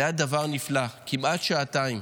זה היה דבר נפלא, כמעט שעתיים.